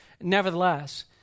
nevertheless